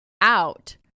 out